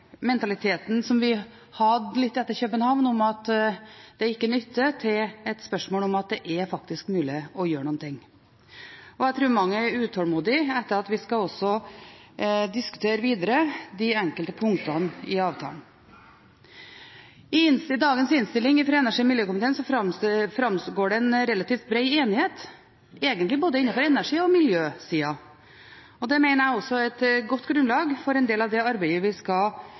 mentaliteten som vi hadde etter København om at det ikke nytter, til et spørsmål om at det faktisk er mulig å gjøre noe. Jeg tror mange er utålmodige etter at vi også skal diskutere videre de enkelte punktene i avtalen. Av dagens innstilling fra energi- og miljøkomiteen framgår det egentlig en relativt bred enighet innenfor både energisida og miljøsida. Det mener jeg er et godt grunnlag for en del av det arbeidet vi skal